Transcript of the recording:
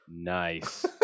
nice